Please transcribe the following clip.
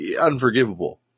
unforgivable